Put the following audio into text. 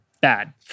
bad